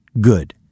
good